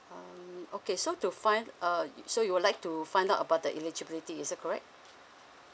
um okay so to find uh so you would like to find out about the eligibility is it correct